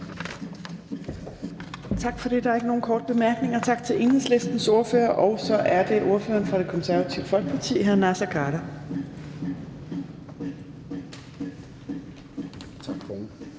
Torp): Der er ikke nogen korte bemærkninger, så tak til Enhedslistens ordfører. Og så er det ordføreren for Det Konservative Folkeparti, hr. Naser Khader.